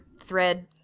thread